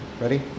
Ready